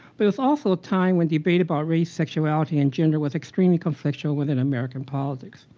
but it's also a time when debate about race, sexuality, and gender was extremely conflictual within american politics.